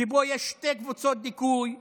שבו יש שתי קבוצות אוכלוסין,